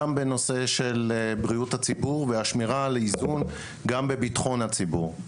גם בנושא של בריאות הציבור והשמירה על האיזון וגם בביטחון הציבור.